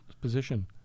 position